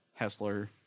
Hessler